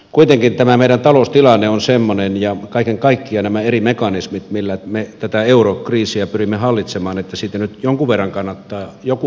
kuitenkin tämä meidän taloustilanne on semmoinen ja kaiken kaikkiaan nämä eri mekanismit millä me tätä eurokriisiä pyrimme hallitsemaan että siitä nyt jonkun verran kannattaa joku puheenvuoro käyttää